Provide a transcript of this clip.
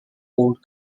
whole